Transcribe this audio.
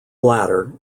latter